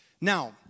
Now